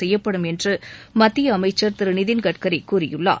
செய்யப்படும் என்று மத்திய அமைச்சர் திரு நிதின் கட்கரி கூறியுள்ளார்